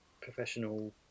professional